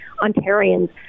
Ontarians